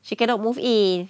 she cannot move in